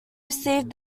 received